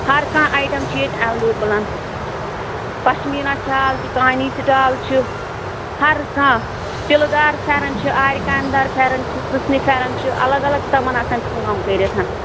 ہر کانٛہہ ایٹم چھُ ییٚتہِ ایٚویلیبُل پشمیٖنا شال چھُ کانی سِٹال چھِ ہر کانٛہہ تِلہٕ دار فٮ۪رن چھِ آرِ کامہِ دار فٮ۪رن چھِ سٕژنہِ فٮ۪رن چھِ الگ الگ تِمن آسان کٲم کٔرِتھ